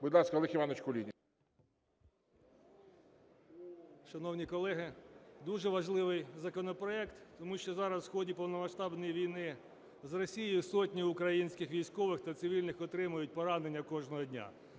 Будь ласка, Олег Іванович Кулініч. 13:47:06 КУЛІНІЧ О.І. Шановні колеги, дуже важливий законопроект, тому що зараз в ході повномасштабної війни з Росією сотні українських військових та цивільних отримують поранення кожного дня.